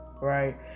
right